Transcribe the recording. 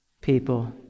people